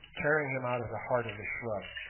tearing him out of the heart of the shrub.